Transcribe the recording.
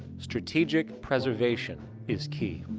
strategic preservation is key.